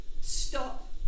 stop